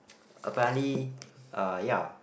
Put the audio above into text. apparently uh ya